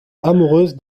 amoureuse